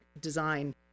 design